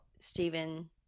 Stephen